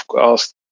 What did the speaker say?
asked